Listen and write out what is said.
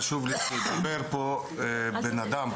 חשוב לי שידבר פה בן אדם,